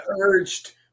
urged